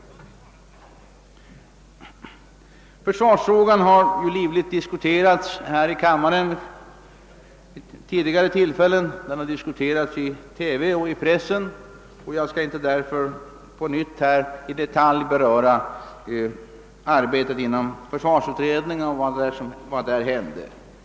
Försvarsfrågan har livligt diskuterats här i kammaren vid tidigare tillfällen. Den har även diskuterats i TV och i pressen, och jag skall därför inte på nytt i detalj beröra arbetet inom försvarsutredningen och vad som där hände.